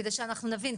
כדי שאנחנו נבין,